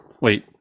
Wait